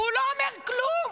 והוא לא אומר כלום,